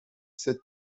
sept